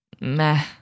meh